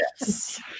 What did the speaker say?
Yes